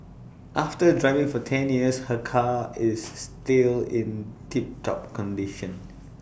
after driving for ten years her car is still in tip top condition